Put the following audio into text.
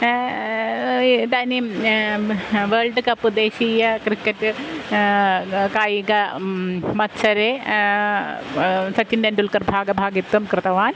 इदानीं म world cup देशीय क्रिकेट् कायिग मत्सरे सचिन् तेण्डुल्कर् भागभागित्वं कृतवान्